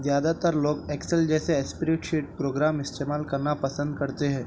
زیادہ تر لوگ ایکسل جیسے اسپریڈ شیٹ پروگرام استعمال کرنا پسند کرتے ہیں